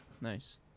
nice